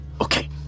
okay